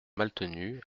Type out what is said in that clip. maltenu